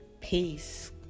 peace